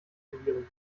verlieren